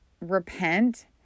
repent